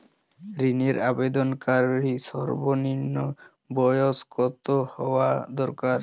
ঋণের আবেদনকারী সর্বনিন্ম বয়স কতো হওয়া দরকার?